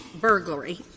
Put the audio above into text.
burglary